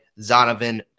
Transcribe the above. Zonovan